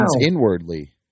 inwardly